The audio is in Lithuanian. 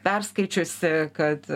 perskaičiusi kad